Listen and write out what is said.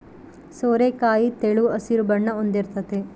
ಸೋರೆಕಾಯಿ ತೆಳು ಹಸಿರು ಬಣ್ಣ ಹೊಂದಿರ್ತತೆ